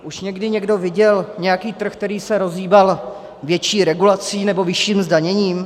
Už někdy někdo viděl nějaký trh, který se rozhýbal větší regulací nebo vyšším zdaněním?